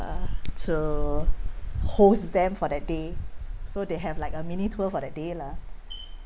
to host them for that day so they have like a mini tour for the day lah